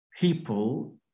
people